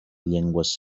llengües